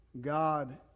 God